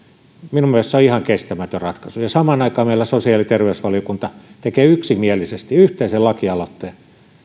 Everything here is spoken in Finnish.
minun mielestäni se on ihan kestämätön ratkaisu ja samaan aikaan sosiaali ja terveysvaliokunta tekee yksimielisesti yhteisen lakialoitteen